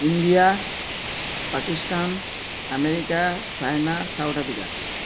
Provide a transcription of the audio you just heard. India Pakistan America China South Africa